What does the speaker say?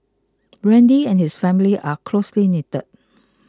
Randy and his family are closely knitted